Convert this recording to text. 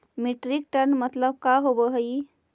Metric ton मतलब का होव हइ?